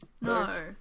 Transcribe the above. No